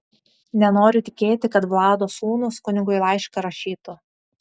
nenoriu tikėti kad vlado sūnūs kunigui laišką rašytų